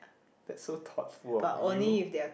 that's so thoughtful of you